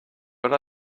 but